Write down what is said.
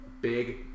Big